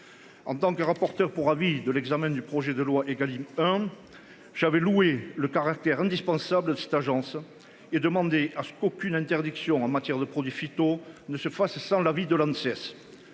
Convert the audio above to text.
En tant que rapporteur pour avis de l'examen du projet de loi Egalim hein. J'avais loué le caractère indispensable cette agence et demander à ce qu'aucune interdiction en matière de produits phytos ne se fasse sans l'avis de la MCS.